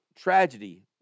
tragedy